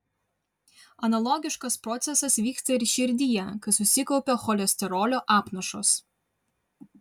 analogiškas procesas vyksta ir širdyje kai susikaupia cholesterolio apnašos